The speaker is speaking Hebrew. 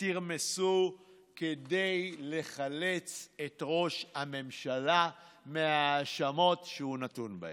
תרמסו כדי לחלץ את ראש הממשלה מההאשמות שהוא נתון בהן?